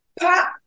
pop